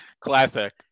classic